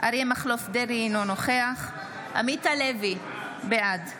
אריה מכלוף דרעי, אינו נוכח עמית הלוי, בעד